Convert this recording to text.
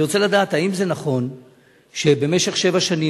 אני רוצה לדעת אם זה נכון שבמשך שבע שנים